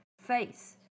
face